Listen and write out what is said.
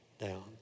down